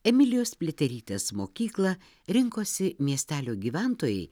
emilijos pliaterytės mokyklą rinkosi miestelio gyventojai